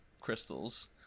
crystals